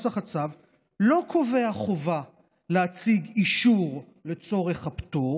לא קובע חובה להציג אישור לצורך הפטור,